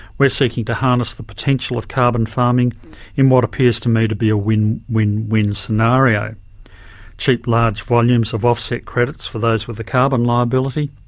seeking to harness the potential of carbon farming in what appears to me to be a win, win, win scenario cheap large volumes of offset credits for those with a carbon liability,